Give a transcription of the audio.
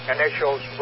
Initials